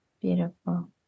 Beautiful